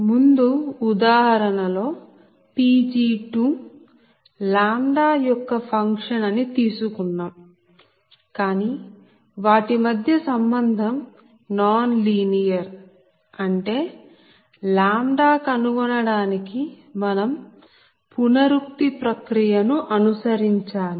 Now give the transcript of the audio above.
ముందు ఉదాహరణ లో Pg2 λ యొక్క ఫంక్షన్ అని తీసుకున్నాము కానీ వాటి మధ్య సంబంధం నాన్ లీనియర్సరళేతర Non linear అంటే λ కనుగొనడానికి మనం పునరుక్తి ప్రక్రియ ను అనుసరించాలి